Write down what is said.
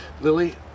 Lily